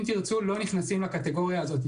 אבל "אם תרצו" לא נכנסים לקטגוריה הזאת,